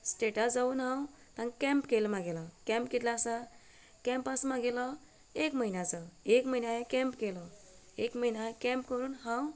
strata सावन हांव camp केलें म्हागेलो कॅम्प कितलें आसा कॅम्प आसा म्हागेलो एक म्हयन्याचो एक म्हयन्या हांवें कॅम्प केलो एक म्हयन्या कॅम्प करून हांव